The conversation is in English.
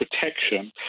protection